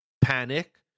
panic